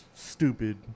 Stupid